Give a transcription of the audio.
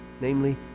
namely